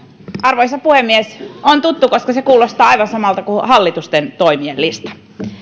arvoisa puhemies on tuttu koska se kuulostaa aivan samalta kuin hallituksen toimien lista